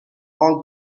all